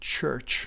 church